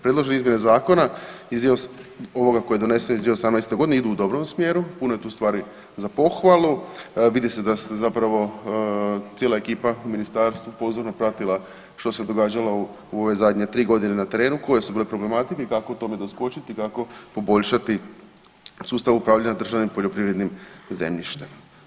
Predložene izmjene zakona ovoga koji je donesen iz 2018. godine idu u dobrom smjeru, puno je tu stvari za pohvalu, vidi se da se zapravo cijela ekipa u ministarstvu pozorno pratila što se događalo u ove zadnje tri godine na terenu, koje su bile problematike i kako tome doskočiti, kako poboljšati sustav upravljanja državnim poljoprivrednim zemljištem.